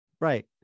Right